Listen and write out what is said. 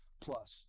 plus